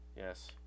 Yes